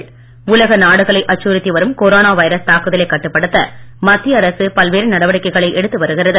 corona virus உலக நாடுகளை அச்சுறுத்தி வரும் கொரோனா வைரஸ் தாக்குதலை கட்டுப்படுத்த மத்திய அரசு பல்வேறு நடவடிக்கைகளை எடுத்து வருகிறது